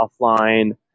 offline